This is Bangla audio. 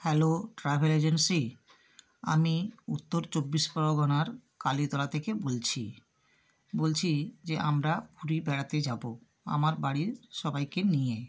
হ্যালো ট্র্যাভেল এজেন্সি আমি উত্তর চব্বিশ পরগনার কালীতলা থেকে বলছি বলছি যে আমরা পুরী বেড়াতে যাবো আমার বাড়ির সবাইকে নিয়ে